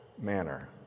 manner